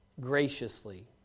graciously